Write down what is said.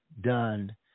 done